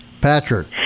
Patrick